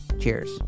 Cheers